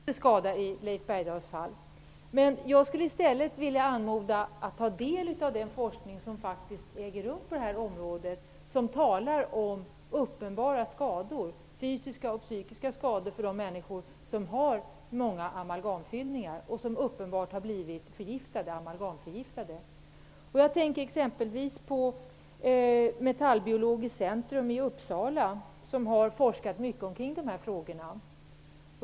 Herr talman! Det är intressant att höra vilka argument som Leif Bergdahl använder i debatten. Tidningen Dagen och väckelserörelsen i Honduras inspirerar mer än själva sakfrågan. Jag skulle i stället vilja anmoda Leif Bergdahl att ta del av den forskning som faktiskt äger rum på området. Där framgår det att det finns människor som har många amalgamfyllningar som har uppenbara psykiska och fysiska skador. De har uppenbarligen blivit amalgamförgiftade. Jag tänker t.ex. på Metallbiologiskt centrum i Uppsala. Där har man forskat mycket i dessa frågor.